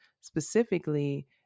specifically